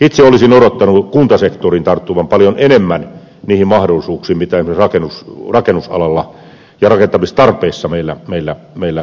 itse olisin odottanut kuntasektorin tarttuvan paljon enemmän niihin mahdollisuuksiin mitä rakennusalalla ja rakentamistarpeissa meillä selkeästi oli